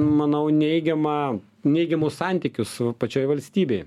manau neigiamą neigiamus santykius pačioje valstybėje